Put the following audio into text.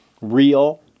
real